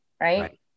Right